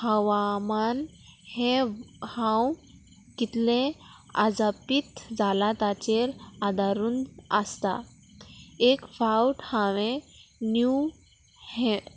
हवामान हें हांव कितलें आजापीत जालां ताचेर आदारून आसता एक फावट हांवें न्यू हें